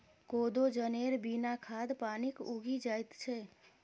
कोदो जनेर बिना खाद पानिक उगि जाएत छै